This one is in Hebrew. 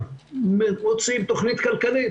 מוציאים תוכנית כלכלית